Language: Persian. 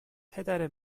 پدر